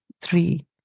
three